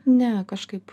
ne kažkaip